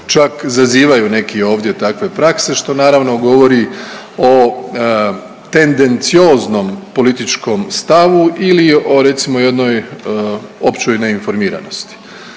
čak zazivaju neki ovdje takve prakse, što naravno, govori o tendencioznom političkom stavu ili o recimo, jednoj općoj neinformiranosti.